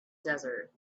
desert